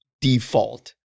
default